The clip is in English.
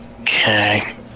Okay